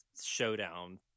showdown